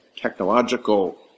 technological